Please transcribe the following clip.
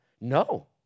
No